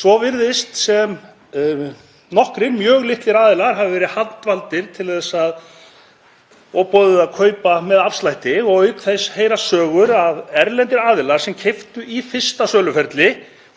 Svo virðist sem nokkrir mjög litlir aðilar hafi verið handvaldir og boðið að kaupa með afslætti og auk þess heyrast sögur af því að erlendum aðilum sem keyptu í fyrsta söluferli